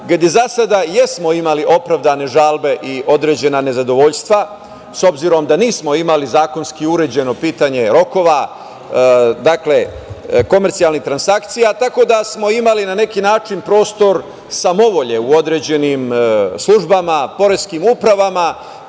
gde za sada jesmo imali opravdane žalbe i određena nezadovoljstva, s obzirom na to da nismo imali zakonski uređeno pitanje rokova komercijalnih transakcija, tako da smo imali na neki način prostor samovolje u određenim službama, poreskim upravama,